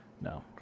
No